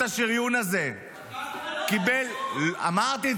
------ קטי, סליחה.